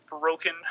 broken